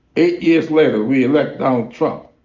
eight years later, we elect donald trump.